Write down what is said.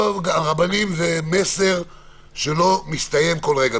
מהרבנים זה מסר שלא מסתיים בכל רגע.